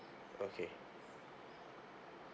okay